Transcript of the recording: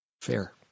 Fair